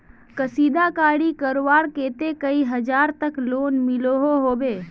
कशीदाकारी करवार केते कई हजार तक लोन मिलोहो होबे?